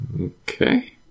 Okay